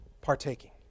partaking